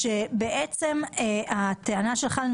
אנחנו קבענו את הישיבה לשעה 15:45. מי שביקש קרא לזה